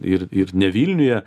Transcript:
ir ir ne vilniuje